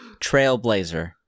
Trailblazer